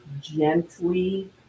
gently